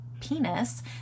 penis